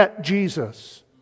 Jesus